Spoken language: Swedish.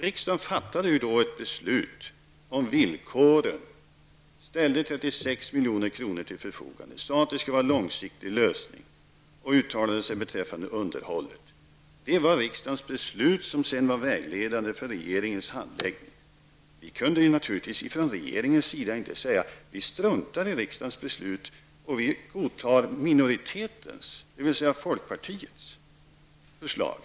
Riksdagen fattade då ett beslut om villkoren, ställde 36 milj.kr. till förfogande, sade att det skulle vara fråga om en långsiktig lösning och uttalade sig beträffande underhållet. Det var riksdagens beslut, som sedan var vägledande för regeringens handläggning av ärendet. Vi kunde från regeringens sida naturligtvis inte säga: Vi struntar i riksdagens beslut och godtar minoritetens, dvs. folkpartiets, förslag.